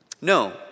No